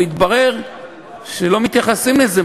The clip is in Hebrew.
ומתברר שלא מתייחסים לזה,